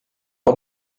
del